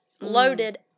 loaded